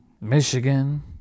Michigan